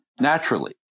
naturally